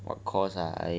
what course ah